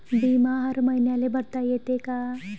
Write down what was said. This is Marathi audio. बिमा हर मईन्याले भरता येते का?